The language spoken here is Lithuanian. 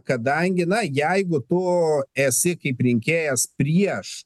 kadangi na jeigu tu esi kaip rinkėjas prieš